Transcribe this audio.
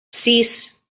sis